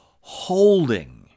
holding